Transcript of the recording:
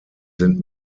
sind